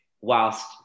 whilst